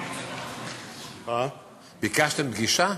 ביקשתם פגישה?